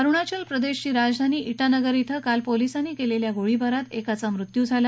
अरुणाचल प्रदेशची राजधानी डिनगर थे काल पोलिसांनी केलेल्या गोळीबारात एकाचा मृत्यू झाला